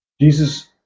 Jesus